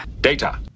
data